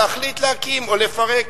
להחליט להקים או לפרק.